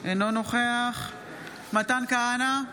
אינו נוכח מתן כהנא,